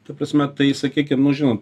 ta prasme tai sakykim nu žinot